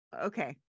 okay